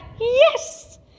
Yes